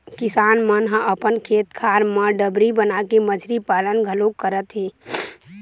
किसान मन ह अपन खेत खार म डबरी बनाके मछरी पालन घलोक करत हे